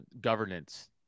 governance